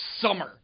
summer